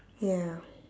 ya